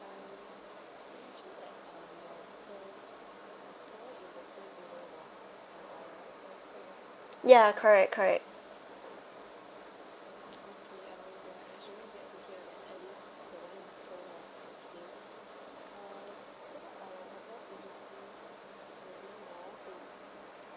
yeah correct correct